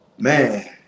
man